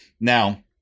now